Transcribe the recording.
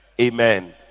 Amen